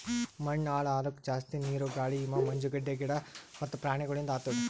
ಮಣ್ಣ ಹಾಳ್ ಆಲುಕ್ ಜಾಸ್ತಿ ನೀರು, ಗಾಳಿ, ಹಿಮ, ಮಂಜುಗಡ್ಡೆ, ಗಿಡ ಮತ್ತ ಪ್ರಾಣಿಗೊಳಿಂದ್ ಆತುದ್